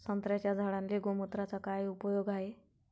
संत्र्याच्या झाडांले गोमूत्राचा काय उपयोग हाये?